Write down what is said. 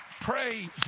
praise